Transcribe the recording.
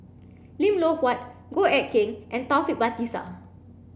Lim Loh Huat Goh Eck Kheng and Taufik Batisah